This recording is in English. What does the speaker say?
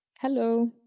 Hello